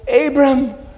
Abram